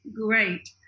great